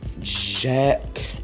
jack